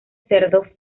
cerdo